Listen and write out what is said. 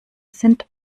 sind